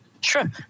Sure